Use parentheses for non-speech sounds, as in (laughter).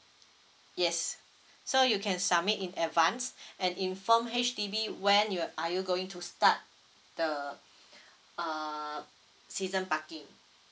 yes so you can submit in advance (breath) and inform H_D_B when you're are you going to start the (breath) uh season parking